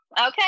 Okay